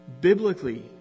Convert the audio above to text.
Biblically